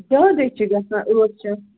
زیادٕے چھِ گژھان ٲٹھ شتھ